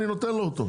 אני נותן לו אותו.